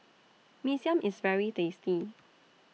Mee Siam IS very tasty